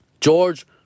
george